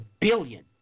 billion